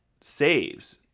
saves